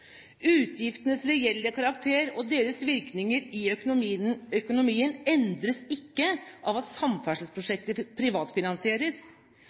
Utgiftenes reelle karakter og deres virkninger i økonomien endres ikke av at samferdselsprosjekter privatfinansieres.